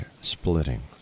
splitting